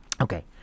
Okay